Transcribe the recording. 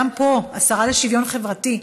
גם פה השרה לשוויון חברתי,